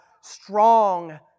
strong